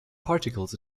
particles